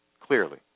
clearly